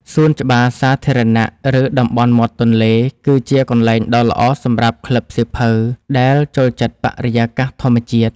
សួនច្បារសាធារណៈ ឬតំបន់មាត់ទន្លេ គឺជាកន្លែងដ៏ល្អសម្រាប់ក្លឹបសៀវភៅដែលចូលចិត្តបរិយាកាសធម្មជាតិ។